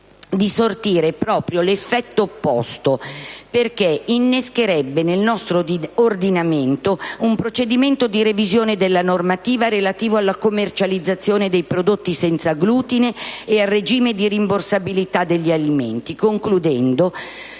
Presidente - proprio l'effetto opposto, perché innescherebbe nel nostro ordinamento un procedimento di revisione della normativa relativa alla commercializzazione dei prodotti senza glutine e al regime di rimborsabilità degli alimenti. Concludendo,